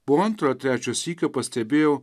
po antro trečio sykio pastebėjau